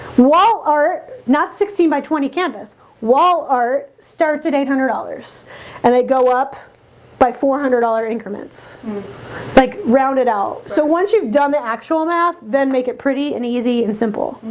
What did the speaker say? wall are not sixteen by twenty canvas wall art starts at eight hundred dollars and they go up by four hundred dollar increments like round it out. so once you've done the actual math, then make it pretty and easy and simple,